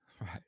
Right